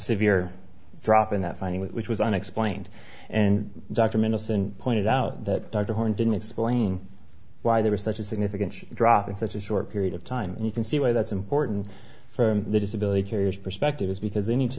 severe drop in that finding which was unexplained and dr mendelson pointed out that dr horn didn't explain why there was such a significant drop in such a short period of time and you can see why that's important from the disability carriers perspective is because they need to